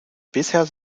bisher